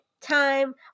time